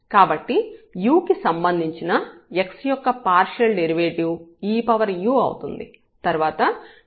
కాబట్టి u కి సంబంధించిన x యొక్క పార్షియల్ డెరివేటివ్ eu అవుతుంది తర్వాత ∂z∂y∂y∂u ఉన్నాయి